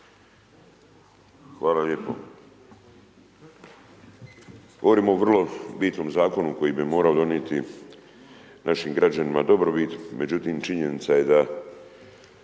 Hvala lijepo. Govorimo o vrlo bitnom zakonu koji bi morao donijeti našim građanima dobrobit međutim činjenica je da